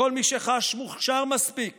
וכל מי שחש מוכשר מספיק